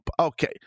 Okay